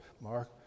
Mark